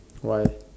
why